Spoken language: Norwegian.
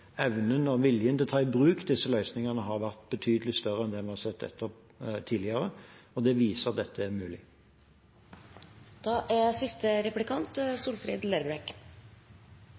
evnen og viljen til å ta i bruk disse løsningene har vært betydelig større enn det vi har sett tidligere. Det viser at dette er mulig. Regjeringa varslar at det er